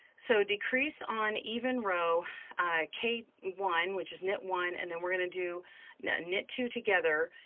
so decrease on even row k one, which is knit one, and then we're gonna do knit two together,